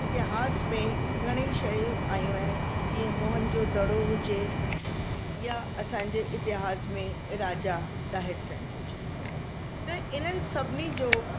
इतिहास में घणेई शयूं आहियूं आहिनि जीअं मोहनजोदड़ो हुजे या असांजे इतिहास में राजा डाहिर सेन हुजे त इन्हनि सभिनी जो